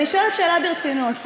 אני שואלת שאלה ברצינות,